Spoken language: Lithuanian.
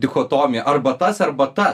dichotomija arba tas arba ta